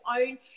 own